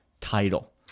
title